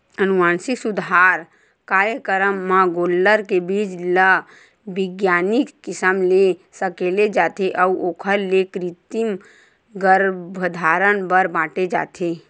अनुवांसिक सुधार कारयकरम म गोल्लर के बीज ल बिग्यानिक किसम ले सकेले जाथे अउ ओखर ले कृतिम गरभधान बर बांटे जाथे